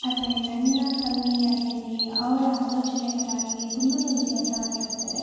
ಆದರೆ ನನ್ನ ತಂಗಿ ಆಗಿರಲಿ ಅವಳ ಆಲೋಚನೆಗಳಾಗಿರಲಿ ತುಂಬ ವ್ಯತ್ಯಾಸವಾಗಿರುತ್ತದೆ